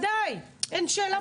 אין שאלה בכלל.